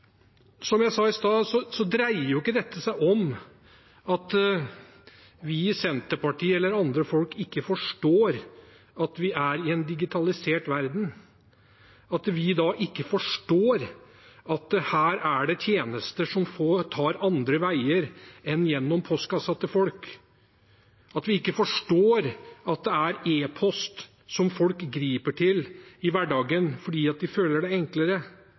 Som jeg sa i sted, dreier ikke dette seg om at vi i Senterpartiet eller andre folk ikke forstår at vi er i en digitalisert verden, at vi ikke forstår at det er tjenester som tar andre veier enn gjennom postkassen til folk, at vi ikke forstår at det er e-post folk griper til i hverdagen fordi de føler det enklere.